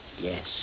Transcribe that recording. Yes